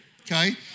Okay